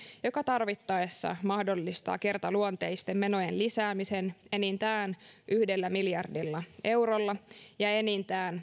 joka tarvittaessa mahdollistaa kertaluonteisten menojen lisäämisen enintään yhdellä miljardilla eurolla ja enintään